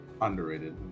Underrated